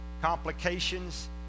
Complications